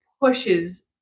pushes